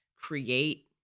create